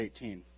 18